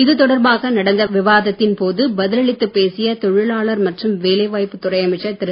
இது தொடர்பாக நடந்த விவாதத்தின்போது பதிலளித்துப் பேசிய தொழிலாளர் மற்றும் வேலைவாய்ப்புத்துறை அமைச்சர் திரு